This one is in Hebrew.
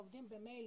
שהם עובדים במיילים.